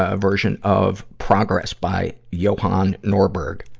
ah version of progress, by johan norberg.